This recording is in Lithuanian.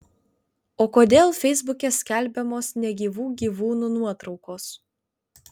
o kodėl feisbuke skelbiamos negyvų gyvūnų nuotraukos